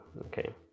okay